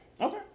Okay